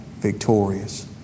victorious